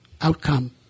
outcome